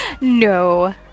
No